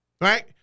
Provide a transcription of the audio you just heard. right